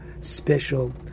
special